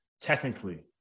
Technically